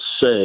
say